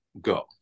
go